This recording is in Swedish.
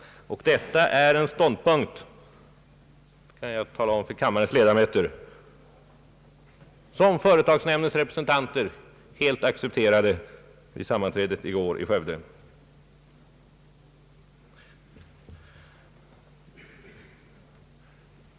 Detta är en ståndpunkt — det kan jag tala om för kammarens ledamöter — som företagsnämndens medlemmar helt accepterade vid gårdagens sammanträde i Skövde.